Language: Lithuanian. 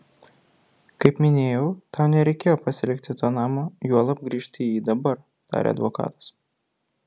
kaip minėjau tau nereikėjo pasilikti to namo juolab grįžti į jį dabar tarė advokatas